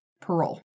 parole